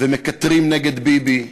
ומקטרים נגד ביבי,